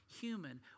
human